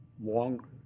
long